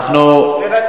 כן, כן.